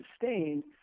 sustained